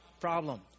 problem